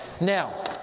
Now